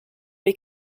les